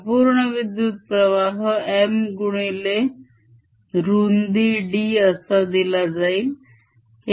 संपूर्ण विद्युत्प्रवाह M गुणिले रुंदी d असा दिला जाईल